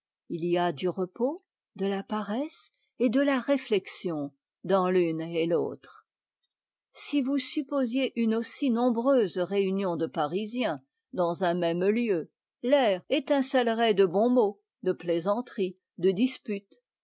il y a du repos de la paresse et de la réflexion dans l'une et faùtre si vous supposiez une aussi nombreuse réunion de parisiens dans un même lieu l'air étincellerait de bons mots de plaisanteries de disputes